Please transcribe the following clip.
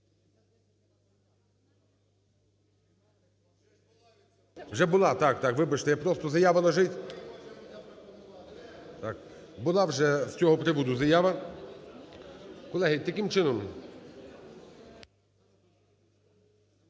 Вже була, так, так, вибачте. Просто заява лежить. Була вже з цього приводу заява. Колеги, таким чином…